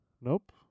Nope